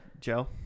Joe